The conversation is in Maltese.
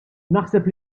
naħseb